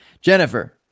Jennifer